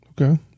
Okay